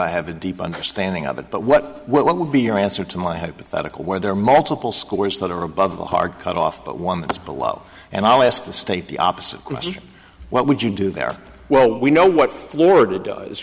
i have a deep understanding of it but what what would be your answer to my hypothetical where there are multiple scores that are above the hard cut off but one that's below and i'll ask the state the opposite question what would you do there well we know what florida does